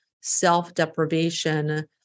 self-deprivation